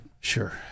Sure